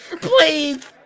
Please